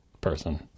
person